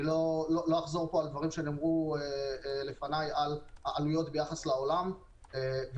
אני לא אחזור פה על דברים שנאמרו לפניי על העלויות ביחס לעולם וכיו"ב,